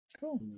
Cool